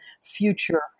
future